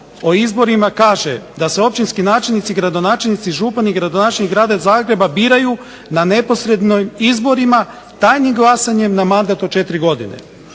o izborima kaže da se općinski načelnici, gradonačelnici, župani i gradonačelnik Grada Zagreba biraju na neposrednim izborima tajnim glasanjem na mandat od 4 godine,